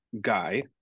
guy